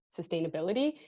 sustainability